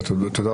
נכון מאוד.